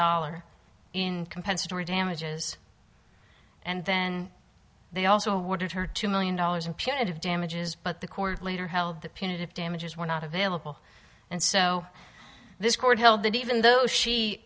dollar in compensatory damages and then they also awarded her two million dollars in punitive damages but the court later held that punitive damages were not available and so this court held that even though she